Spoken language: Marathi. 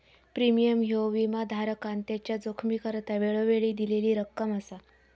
प्रीमियम ह्यो विमाधारकान त्याच्या जोखमीकरता वेळोवेळी दिलेली रक्कम असा